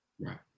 Right